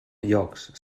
llocs